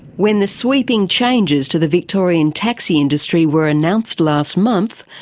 when the sweeping changes to the victorian taxi industry were announced last month,